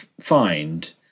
find